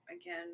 again